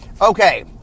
Okay